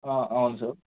అవును సార్